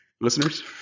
listeners